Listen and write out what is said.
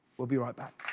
we'll be right back